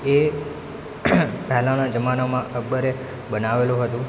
એ પહેલાના જમાનામાં અકબરે બનાવેલું હતું